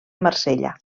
marsella